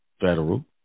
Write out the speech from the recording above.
federal